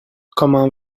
comment